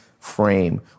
frame